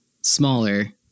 smaller